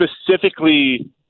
specifically